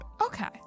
Okay